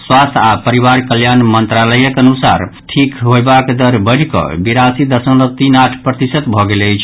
स्वास्थ्य आओर परिवार कल्याण मंत्रालयक अनुसार ठीक होयबाक दर बढ़ि कऽ बिरासी दशमलव तीन आठ प्रतिशत भऽ गेल अछि